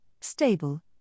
stable